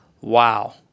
Wow